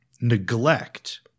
Neglect